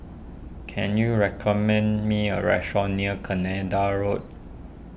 can you recommend me a restaurant near Canada Road